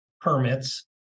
permits